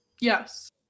yes